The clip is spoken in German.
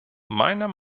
meiner